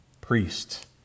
priest